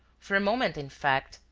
for a moment, in fact,